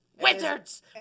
Wizards